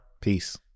peace